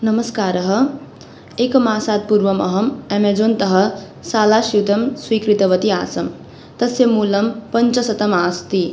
नमस्कारः एकमासात् पूर्वम् अहम् अमेजोन्तः शालास्यूतं स्वीकृतवती आसं तस्य मूलं पञ्चशतम् आस्ति